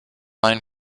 line